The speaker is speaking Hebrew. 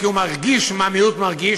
כי הוא מרגיש מה המיעוט מרגיש,